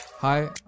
Hi